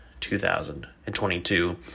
2022